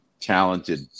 Talented